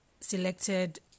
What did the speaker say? selected